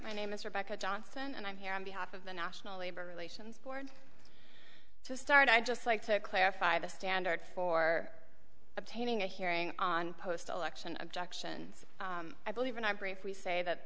my name is rebecca johnson and i'm here on behalf of the national labor relations board to start i'd just like to clarify the standard for obtaining a hearing on post election objections i believe and i briefly say that